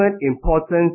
importance